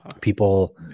people